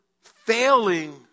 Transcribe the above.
failing